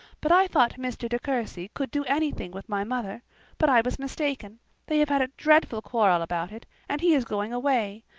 but i thought mr. de courcy could do anything with my mother but i was mistaken they have had a dreadful quarrel about it, and he is going away.